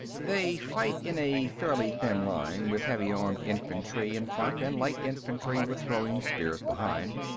they fight in a fairly thin line, with heavy-armed infantry in front and light infantry with throwing-spears behind.